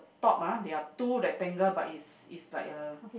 top ah they are two rectangle but is is like a